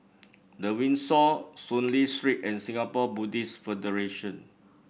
The Windsor Soon Lee Street and Singapore Buddhist Federation